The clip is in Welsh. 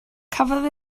cafodd